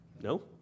No